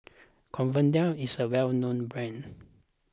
Convatec is a well known brand